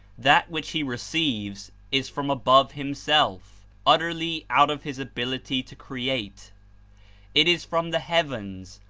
that which he re ceives is from above himself, utterly out of his abil ity to create it is from the heavens,